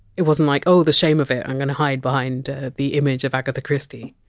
it wasn't like oh the shame of it, i'm going to hide behind the image of agatha christie.